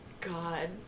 God